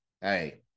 hey